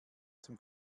zum